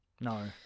no